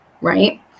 right